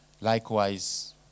Likewise